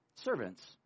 Servants